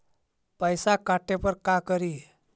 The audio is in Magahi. पैसा काटे पर का करि?